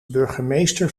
burgemeester